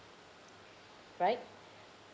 right